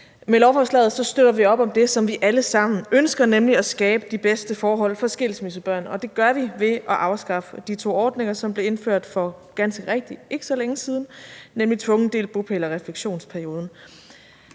Med lovforslaget støtter vi op om det, som vi alle sammen ønsker, nemlig at skabe de bedste forhold for skilsmissebørn, og det gør vi ved at afskaffe de to ordninger, som blev indført for – ganske rigtigt – ikke så længe siden, nemlig tvunget delt bopæl og refleksionsperioden.